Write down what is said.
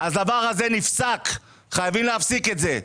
הדבר הזה, חייבים להפסיק את זה.